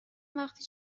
وقتی